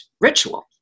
ritual